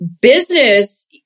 business